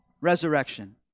resurrection